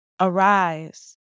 Arise